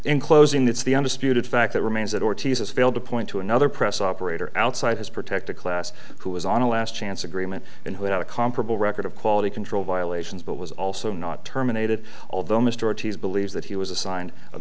in closing that's the undisputed fact remains that ortiz's failed to point to another press operator outside his protected class who was on a last chance agreement and who had a comparable record of quality control violations but was also not terminated although mr ortiz believes that he was assigned a